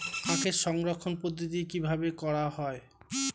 আখের সংরক্ষণ পদ্ধতি কিভাবে করা হয়?